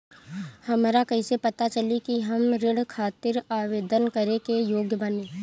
हमरा कईसे पता चली कि हम ऋण खातिर आवेदन करे के योग्य बानी?